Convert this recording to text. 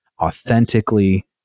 authentically